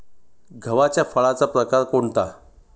गव्हाच्या फळाचा प्रकार कोणता?